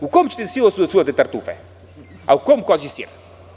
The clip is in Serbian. U kom ćete silosu da čuvate tartufe, a u kom kozji sir?